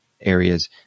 areas